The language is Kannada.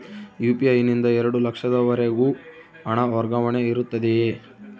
ಯು.ಪಿ.ಐ ನಿಂದ ಎರಡು ಲಕ್ಷದವರೆಗೂ ಹಣ ವರ್ಗಾವಣೆ ಇರುತ್ತದೆಯೇ?